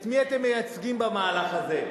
את מי אתם מייצגים במהלך הזה?